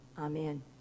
Amen